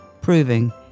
proving